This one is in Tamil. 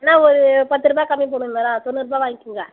என்ன ஒரு பத்துரூபா கம்மிப்பண்ணுங்க மேடம் தொண்ணூறுரூபா வாய்ங்கிங்க